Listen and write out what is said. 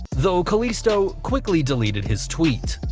though kalisto quickly deleted his tweet.